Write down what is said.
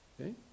Okay